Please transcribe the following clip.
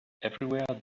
everywhere